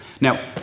Now